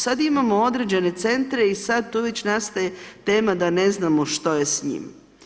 Sada imamo određene centre i sada tu već nastaje tema da ne znamo što je s njim.